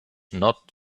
not